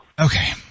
Okay